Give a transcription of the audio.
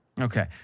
Okay